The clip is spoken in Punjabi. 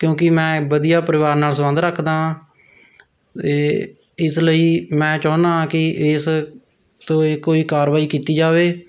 ਕਿਉਂਕਿ ਮੈਂ ਵਧੀਆ ਪਰਿਵਾਰ ਨਾਲ ਸੰਬੰਧ ਰੱਖਦਾ ਹਾਂ ਅਤੇ ਇਸ ਲਈ ਮੈਂ ਚਾਹੁੰਦਾ ਹਾਂ ਕਿ ਇਸ ਕੋਈ ਕੋਈ ਕਾਰਵਾਈ ਕੀਤੀ ਜਾਵੇ